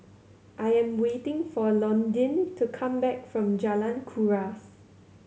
I am waiting for Londyn to come back from Jalan Kuras